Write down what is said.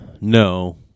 No